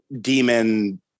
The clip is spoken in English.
demon